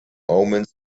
omens